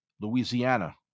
louisiana